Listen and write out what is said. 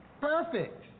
Perfect